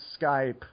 Skype